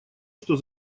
что